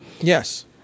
Yes